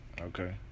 Okay